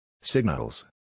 Signals